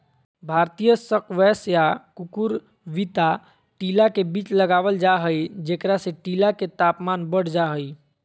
भारतीय स्क्वैश या कुकुरविता टीला के बीच लगावल जा हई, जेकरा से टीला के तापमान बढ़ जा हई